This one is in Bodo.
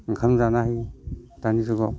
ओंखाम जानो हायो दानि जुगाव